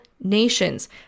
nations